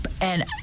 And-